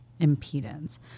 impedance